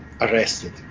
arrested